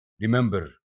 Remember